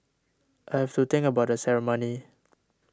I have to think about the ceremony